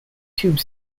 tube